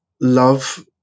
love